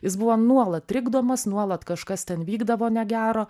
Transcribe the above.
jis buvo nuolat trikdomas nuolat kažkas ten vykdavo negero